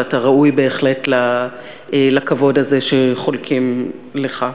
ואתה ראוי בהחלט לכבוד הזה שחולקים לך.